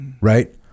right